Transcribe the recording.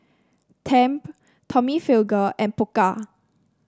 Tempt Tommy Hilfiger and Pokka